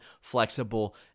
flexible